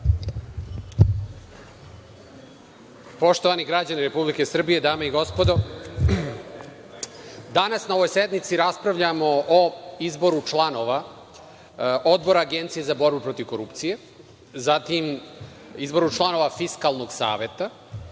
Poštovani građani Republike Srbije, dame i gospodo, danas na ovoj sednici raspravljamo o izboru članova Odbora Agencije za borbu protiv korupcije, zatim izboru članova Fiskalnog saveta